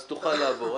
אז תוכל לעבור.